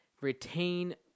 retain